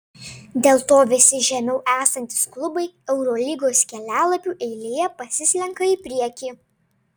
dėl to visi žemiau esantys klubai eurolygos kelialapių eilėje pasislenka į priekį